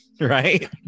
right